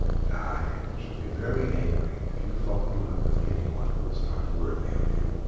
and i shall be very angry if you fall in love with anyone who is not worthy of you.